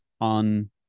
on